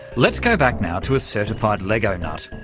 let's go back now to a certified lego nut,